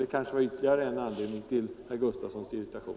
Detta var kanske ytterligare en anledning till herr Gustavssons irritation.